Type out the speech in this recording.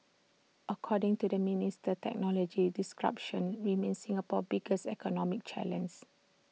according to the minister technology disruption remains Singapore's biggest economic challenges